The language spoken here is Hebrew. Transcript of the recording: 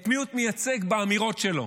את מי הוא מייצג באמירות שלו?